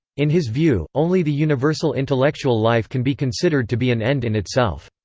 in his view, only the universal intellectual life can be considered to be an end in itself.